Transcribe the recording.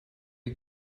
you